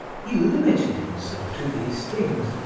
he limited himself to these things,